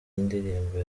indirimbo